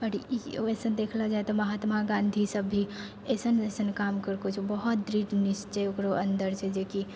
आओर ई वैसे देखल जाइ तऽ महात्मा गाँधी सब भी अइसन अइसन काम करलको छै बहुत दृढ निश्चय ओकरो अन्दर छै जेकि